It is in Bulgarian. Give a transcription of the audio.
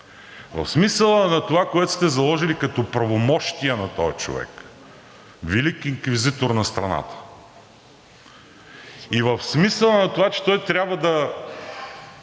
в смисъла на това, което сте заложили като правомощия на този човек – велик инквизитор на страната, и в смисъла на това, че той трябва да